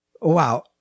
Wow